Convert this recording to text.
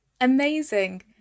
Amazing